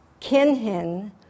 kinhin